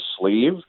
sleeve